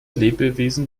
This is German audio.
lebewesen